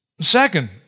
Second